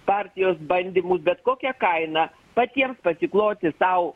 partijos bandymus bet kokia kaina patiems pasikloti sau